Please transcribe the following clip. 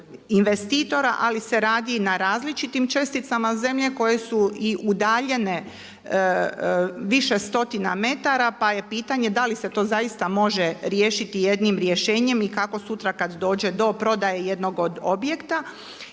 ali se radi na različitim česticama zemlje koje su i udaljene više stotina metara, pa je pitanje da li se to zaista može riješiti jednim rješenjem i kako sutra kada dođe do prodaje jednog od objekta.